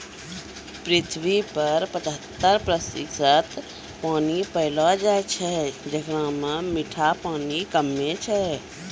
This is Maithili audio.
पृथ्वी पर पचहत्तर प्रतिशत पानी पैलो जाय छै, जेकरा म मीठा पानी कम्मे छै